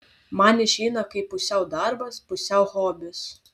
man išeina kaip pusiau darbas pusiau hobis